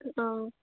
ꯑꯥ